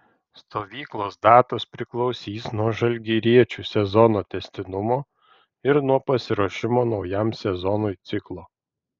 stovyklos datos priklausys nuo žalgiriečių sezono tęstinumo ir nuo pasiruošimo naujam sezonui ciklo